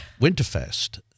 winterfest